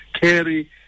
carry